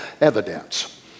evidence